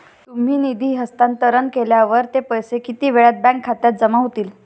तुम्ही निधी हस्तांतरण केल्यावर ते पैसे किती वेळाने बँक खात्यात जमा होतील?